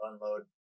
unload